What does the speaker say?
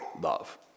love